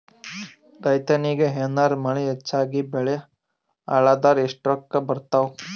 ರೈತನಿಗ ಏನಾರ ಮಳಿ ಹೆಚ್ಚಾಗಿಬೆಳಿ ಹಾಳಾದರ ಎಷ್ಟುರೊಕ್ಕಾ ಬರತ್ತಾವ?